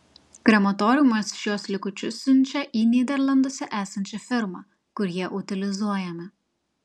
krematoriumas šiuos likučius siunčia į nyderlanduose esančią firmą kur jie utilizuojami